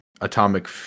atomic